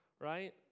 right